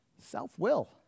Self-will